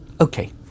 Okay